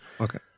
Okay